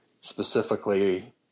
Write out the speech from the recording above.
specifically